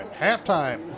Halftime